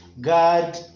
God